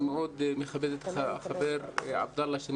אני מאוד מכבד את החבר עבדאללה חטיב